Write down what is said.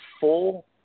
full